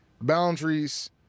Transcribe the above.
Boundaries